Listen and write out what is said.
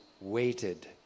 waited